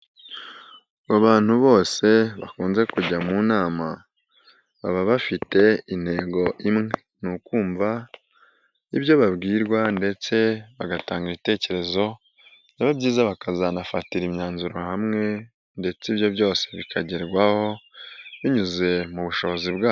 Ngo abantu bose bakunze kujya mu nama, baba bafite intego imwe, ni ukumva ibyo babwirwa ndetse bagatanga ibitekerezo, byaba byiza bakazanafatira imyanzuro hamwe ndetse ibyo byose bikagerwaho, binyuze mu bushobozi bwabo.